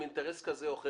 עם אינטרס כזה או אחר.